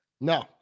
No